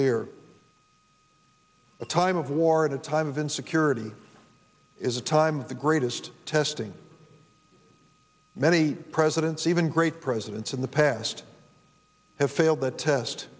dear a time of war in a time of insecurity is a time of the greatest testing many presidents even great presidents in the past have failed that test